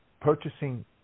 purchasing